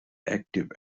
active